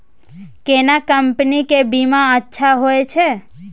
केना कंपनी के बीमा अच्छा होय छै?